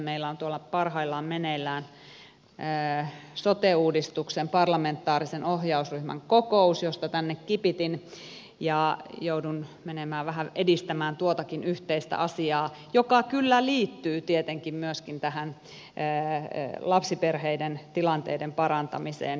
meillä on tuolla parhaillaan meneillään sote uudistuksen parlamentaarisen ohjausryhmän kokous josta tänne kipitin ja joudun menemään vähän edistämään tuotakin yhteistä asiaa joka kyllä liittyy tietenkin myöskin tähän lapsiperheiden tilanteiden parantamiseen